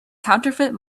counterfeit